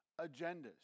agendas